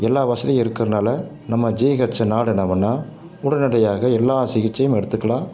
எல்லா வசதியும் இருக்கிறதுனால நம்ம ஜீஹெச் நாடினமுன்னா உடனடியாக எல்லா சிகிச்சையும் எடுத்துக்கலாம்